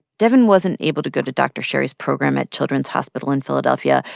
devyn wasn't able to go to dr. sherry's program at children's hospital in philadelphia.